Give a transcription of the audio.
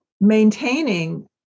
maintaining